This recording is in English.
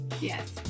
Yes